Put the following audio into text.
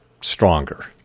stronger